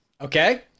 Okay